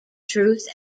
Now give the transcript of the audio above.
truth